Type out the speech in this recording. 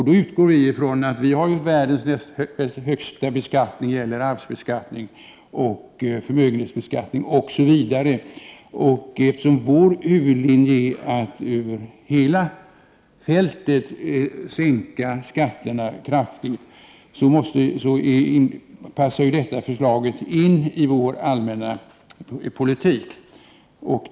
Då utgår vi ifrån att vi har världens högsta beskattning när det gäller arvsbeskattning, förmögenhetsbeskattning osv. Eftersom vår huvudlinje är att över hela fältet kraftigt sänka skatterna, så passar detta förslag in i vår allmänna politik.